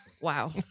wow